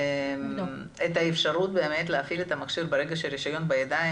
את האפשרות להפעיל את המכשיר ברגע שהרישיון בידיים,